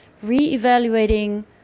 re-evaluating